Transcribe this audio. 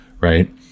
right